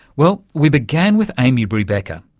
well, we began with amy bree becker,